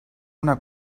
una